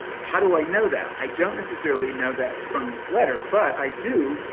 how do i know that? i don't necessarily know that from this letter, but i do,